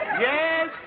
Yes